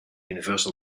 universal